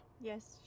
Yes